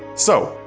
so,